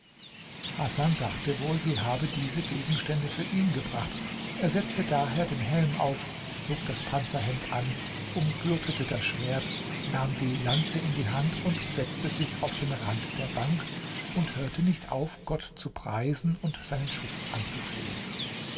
hasan dachte wohl sie habe diese gegenstände für ihn gebracht er setzte daher den helm auf zog das panzerhemd an umgürtete das schwert nahm die lanze in die hand und setzte sich auf den rand der bank und hörte nicht auf gott zu preisen und seinen schutz anzuflehen